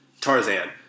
Tarzan